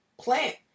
plant